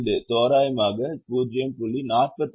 5 தோராயமாக 0